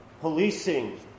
policing